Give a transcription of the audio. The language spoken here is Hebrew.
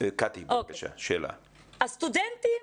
הסטודנטים